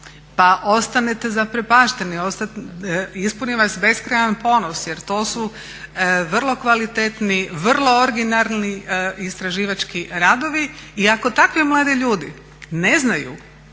pa ostanete zaprepašteni, ispuni vas beskrajan ponos jer to su vrlo kvalitetni, vrlo originalni istraživački radovi. I ako takvi mladi ljudi ne znaju